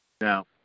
Now